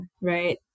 right